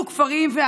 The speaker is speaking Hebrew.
קריב, שהוא נורא